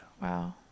wow